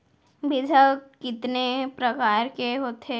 बीज ह कितने प्रकार के होथे?